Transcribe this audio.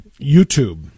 YouTube